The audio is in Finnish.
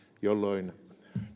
jolloin